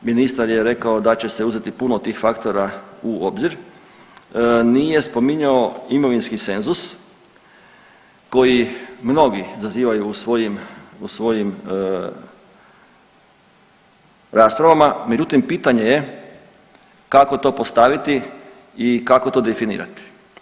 Ministar je rekao da će se uzeti puno tih faktora u obzir, nije spominjao imovinski senzus koji mnogi zazivaju u svojim, u svojim raspravama, međutim pitanje je kako to postaviti i kako to definirati.